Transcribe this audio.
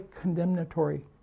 condemnatory